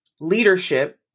leadership